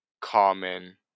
common